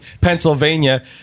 Pennsylvania